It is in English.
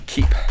Keep